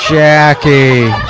jackie!